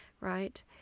right